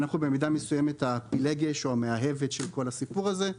אנחנו במידה מסוימת הפילגש או המאהבת של כל הסיפור הזה.